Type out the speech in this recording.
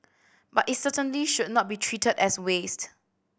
but it certainly should not be treated as waste